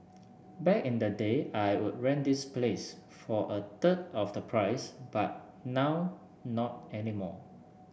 back in the day I would rent this place for a third of the price but now not any more